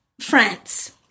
France